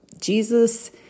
Jesus